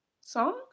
song